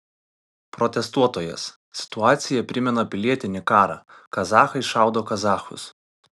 protestuotojas situacija primena pilietinį karą kazachai šaudo kazachus